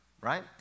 right